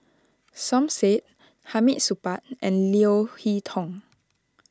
Som Said Hamid Supaat and Leo Hee Tong